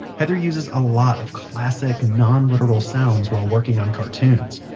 heather uses a lot of classic non literal sounds while working on cartoons.